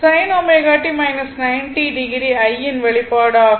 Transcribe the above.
sin ω t 90o I யின் வெளிப்பாடு ஆகும்